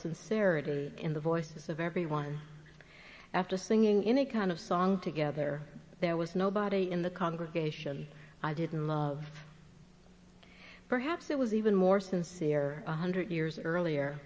sincerity in the voices of everyone after singing in a kind of song together there was nobody in the congregation i didn't love perhaps it was even more sincere one hundred years earlier